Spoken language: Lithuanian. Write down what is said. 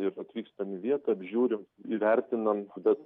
ir atvykstam į vietą apžiūrim įvertinam bet